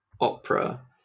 opera